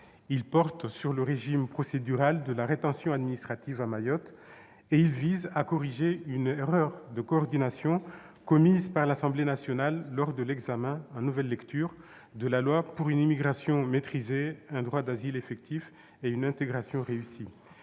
il porte sur le régime procédural de la rétention administrative à Mayotte, et il vise à corriger une erreur de coordination commise par l'Assemblée nationale lors de l'examen, en nouvelle lecture, du projet de loi pour une immigration maîtrisée, un droit d'asile effectif et une intégration réussie.